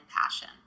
passion